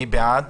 מי בעד?